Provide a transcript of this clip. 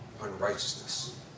unrighteousness